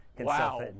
wow